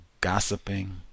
gossiping